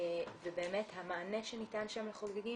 ובאמת המענה שניתן שם לחוגגים,